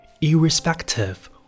irrespective